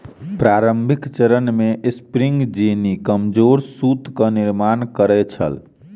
प्रारंभिक चरण मे स्पिनिंग जेनी कमजोर सूतक निर्माण करै छल